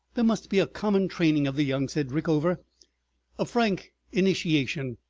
there must be a common training of the young, said richover a frank initiation.